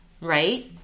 Right